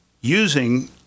using